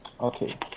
Okay